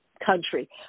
Country